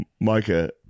Micah